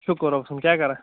شُکُر رۄبس کُن کیٛاہ کران